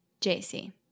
JC